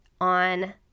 on